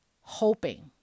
hoping